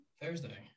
Thursday